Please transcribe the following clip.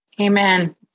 Amen